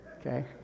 Okay